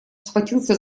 схватился